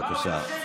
בבקשה.